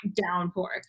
downpour